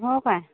हो काय